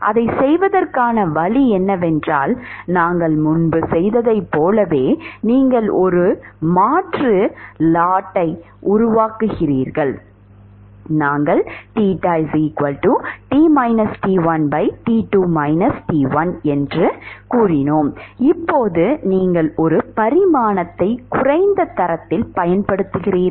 அதைச் செய்வதற்கான வழி என்னவென்றால் நாங்கள் முன்பு செய்ததைப் போலவே நீங்கள் ஒரு மாற்று லாட்டை உருவாக்குகிறீர்கள் நாங்கள் இப்போது நீங்கள் ஒரு பரிமாணத்தை குறைந்த தரத்தில் பயன்படுத்துகிறீர்கள்